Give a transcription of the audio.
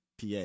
PA